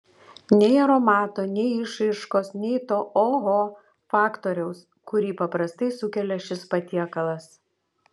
nei aromato nei išraiškos nei to oho faktoriaus kurį paprastai sukelia šis patiekalas